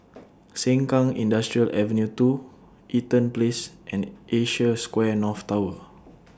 Sengkang Industrial Avenue two Eaton Place and Asia Square North Tower